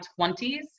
20s